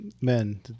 men